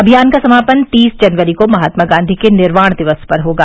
अभियान का समापन तीस जनवरी को महात्मा गांधी के निर्वाण दिवस पर होगा